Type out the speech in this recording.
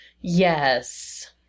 Yes